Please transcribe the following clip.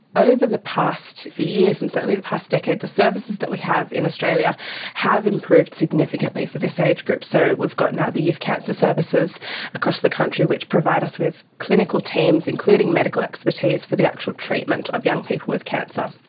over the past few years and certainly the past decade, the services that we have in australia have improved significantly for this age group. so we've got now the youth cancer services across the country which provide us with clinical teams, including medical expertise for the actual treatment of young with cancer.